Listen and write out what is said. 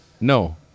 No